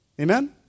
Amen